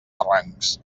barrancs